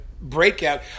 breakout